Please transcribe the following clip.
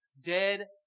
dead